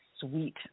sweet